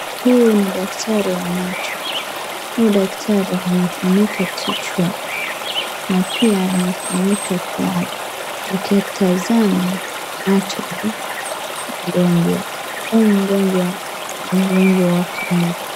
Huu ni daktari wa macho. Huyu daktari amefunika kichwa na pia amefunika pua akitazama macho ya mgonjwa. Huyu mgonjwa ni mgonjwa wa kiume.